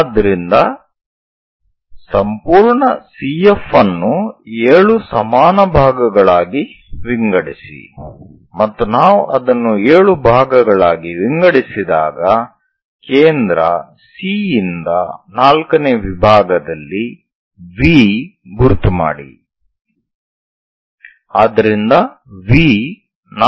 ಆದ್ದರಿಂದ ಸಂಪೂರ್ಣ CF ಅನ್ನು 7 ಸಮಾನ ಭಾಗಗಳಾಗಿ ವಿಂಗಡಿಸಿ ಮತ್ತು ನಾವು ಅದನ್ನು 7 ಭಾಗಗಳಾಗಿ ವಿಂಗಡಿಸಿದಾಗ ಕೇಂದ್ರ C ಯಿಂದ ನಾಲ್ಕನೇ ವಿಭಾಗದಲ್ಲಿ V ಗುರುತು ಮಾಡಿ